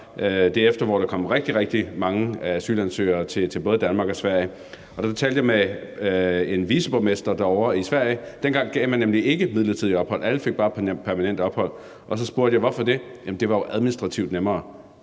det efterår, hvor der kom rigtig, rigtig mange asylansøgere til både Danmark og Sverige, og der talte jeg med en viceborgmester derovre i Sverige. Dengang gav man nemlig ikke midlertidigt ophold, alle fik bare permanent ophold, så jeg spurgte: Hvorfor det? Jamen det var jo administrativt nemmere.